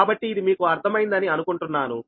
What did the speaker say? కాబట్టి ఇది మీకు అర్థం అయిందని అనుకుంటున్నాను